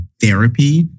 therapy